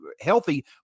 healthy